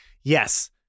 Yes